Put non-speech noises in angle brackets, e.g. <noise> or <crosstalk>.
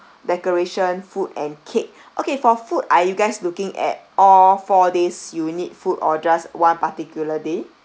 decorations food and cake <breath> okay for food are you guys looking at all four days you need food or just one particular day